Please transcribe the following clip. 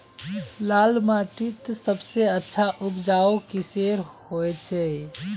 लाल माटित सबसे अच्छा उपजाऊ किसेर होचए?